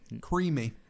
Creamy